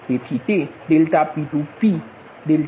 તેથી તે ∆P2p ∆P3p